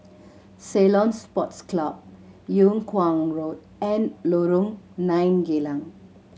Ceylon Sports Club Yung Kuang Road and Lorong Nine Geylang